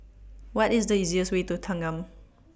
What IS The easiest Way to Thanggam